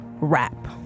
rap